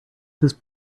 this